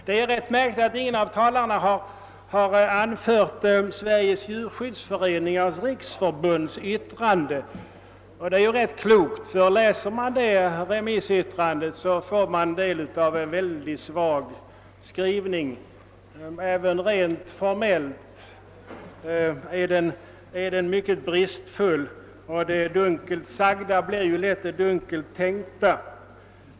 Det är ganska märkligt att ingen av talarna har hänvisat till Sveriges djurskyddsföreningars riksförbunds yttrande. Det är klokt att undvika. Läser man det yttrandet får man del av en väldigt svag skrivning. Även rent formellt är den bristfull, och det dunkelt sagda är som bekant ofta det dunkelt tänkta.